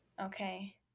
Okay